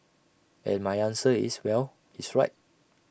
and my answer is well he's right